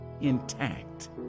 intact